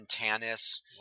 Tannis